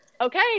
okay